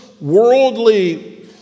worldly